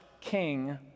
king